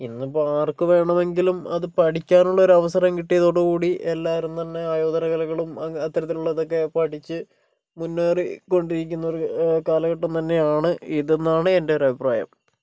ഇന്നിപ്പോൾ ആർക്ക് വേണമെങ്കിലും അത് പഠിക്കാനുള്ളൊരു അവസരം കിട്ടിയതോടുകൂടി എല്ലാവരും തന്നെ ആയോധനകലകളും അത്തരത്തിലുള്ളതൊക്കെ പഠിച്ച് മുന്നേറിക്കൊണ്ടിരിക്കുന്ന ഒരു കാലഘട്ടം തന്നെയാണ് ഇതെന്നാണ് എന്റെ ഒരഭിപ്രായം